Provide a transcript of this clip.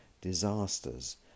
disasters